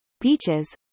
beaches